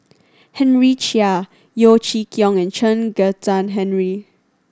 Henry Chia Yeo Chee Kiong and Chen Kezhan Henri